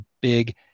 big